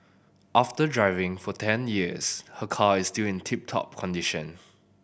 after driving for ten years her car is still in tip top condition